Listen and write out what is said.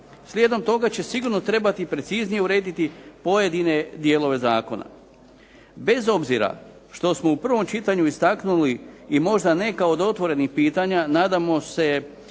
Slijedom toga će sigurno trebati preciznije urediti pojedine dijelove zakona. Bez obzira što smo u prvom čitanju istaknuli i možda neka od otvorenih pitanja nadamo se